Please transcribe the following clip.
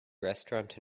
restaurant